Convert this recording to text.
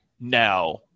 Now